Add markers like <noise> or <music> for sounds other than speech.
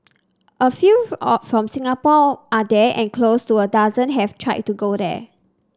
a few <unintelligible> from Singapore are there and close to a dozen have tried to go there